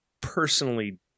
personally